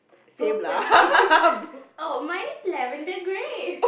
purplely oh mine is lavender grey